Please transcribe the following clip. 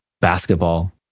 basketball